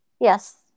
Yes